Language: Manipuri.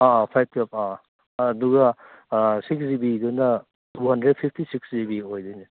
ꯑꯥ ꯐꯔꯦ ꯐꯔꯦ ꯑꯗꯨꯒ ꯁꯤꯛꯁ ꯖꯤꯕꯤꯒꯤꯗꯨꯅ ꯇꯨ ꯍꯟꯗ꯭ꯔꯦꯗ ꯐꯤꯐꯇꯤ ꯁꯤꯛꯁ ꯑꯣꯏꯗꯣꯏꯅꯦ